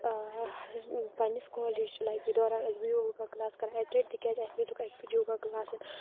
سۄ ٲسٕس بہٕ پنٛنِس کالج لایفہِ دوران ٲسٕس بہٕ یوگا کٕلاس اٮ۪ٹٮ۪نٛڈ تِکیٛازِ اَسہِ دِتُکھ اَکہِ پھِرِ یوگا کٕلاَسن